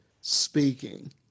speaking